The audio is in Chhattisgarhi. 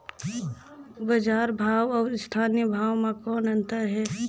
बजार भाव अउ स्थानीय भाव म कौन अन्तर हे?